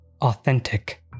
Authentic